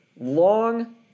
long